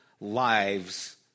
lives